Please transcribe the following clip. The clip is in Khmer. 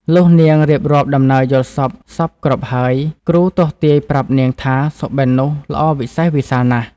លុះនាងរៀបរាប់ដំណើរយល់សប្តិ សព្វគ្រប់ហើយ គ្រូទស្សន៍ទាយប្រាប់នាងថា សុបិននោះ ល្អវិសេស វិសាលណាស់ ។